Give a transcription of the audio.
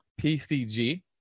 PCG